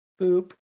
Boop